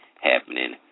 happening